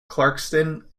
clarkston